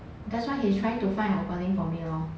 that's why he's trying to find an opening for me lor